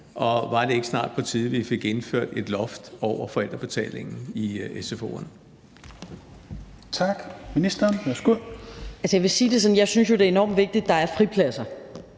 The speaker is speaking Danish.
Og var det ikke snart på tide, at vi fik indført et loft over forældrebetalingen i sfo'erne?